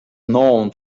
known